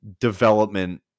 development